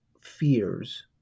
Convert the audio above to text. fears